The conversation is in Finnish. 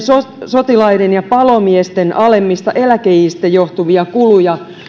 sotilaiden ja palomiesten alemmista eläkeiistä johtuvia kuluja